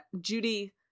judy